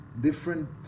different